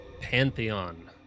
Pantheon